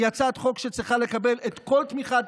היא הצעת חוק שצריכה לקבל את תמיכת